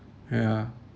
yeah